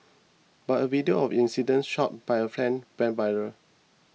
but a video of incident shot by a friend went viral